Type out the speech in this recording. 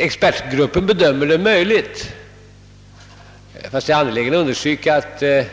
Expertgruppen bedömer det som möjligt — jag är dock angelägen att understryka att detta